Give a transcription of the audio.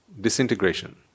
disintegration